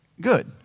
good